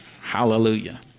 Hallelujah